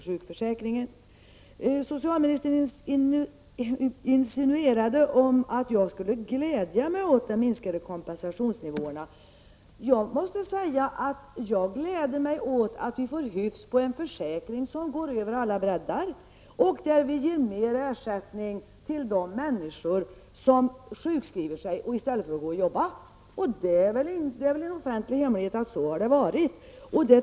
Socialministern insinuerade att jag skulle glädja mig åt de sänkta kompensationsnivåerna. Jag gläder mig åt att vi får hyfs på en försäkring som svämmar över alla breddar och som ger mer ersättning till människor som sjukskriver sig än till dem som går till jobbet. Det är väl en offentlig hemlighet att så har varit fallet.